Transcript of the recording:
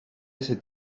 ese